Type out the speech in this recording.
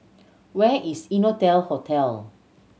where is Innotel Hotel